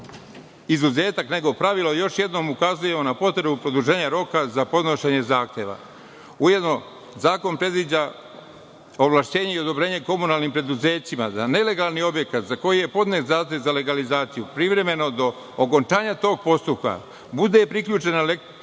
izuzetak nego pravilo, još jednom ukazujemo na potrebu produženja roka za podnošenje zahteva. Ujedno, zakon predviđa ovlašćenje i odobrenje komunalnim preduzećima da nelegalni objekat za koji je podnet zahtev za legalizaciju privremeno, do okončanja tog postupka, bude priključena na elektroenergetsku,